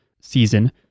season